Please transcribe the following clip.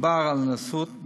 מדובר על נשאות בלבד,